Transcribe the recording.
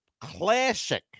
classic